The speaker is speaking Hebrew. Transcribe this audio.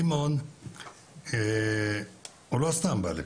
סימון לא סתם בא לפה,